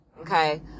okay